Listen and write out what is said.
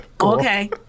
okay